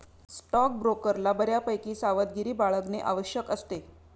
स्टॉकब्रोकरला बऱ्यापैकी सावधगिरी बाळगणे आवश्यक असते